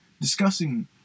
discussing